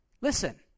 Listen